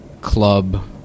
club